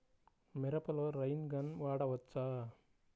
మిరపలో rain gun వాడవచ్చా?